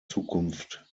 zukunft